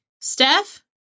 Steph